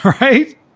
Right